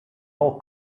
all